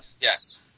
Yes